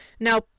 Now